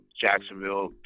Jacksonville